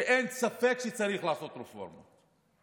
אין ספק שצריך לעשות רפורמה,